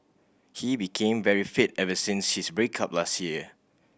he became very fit ever since his break up last year